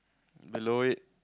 below it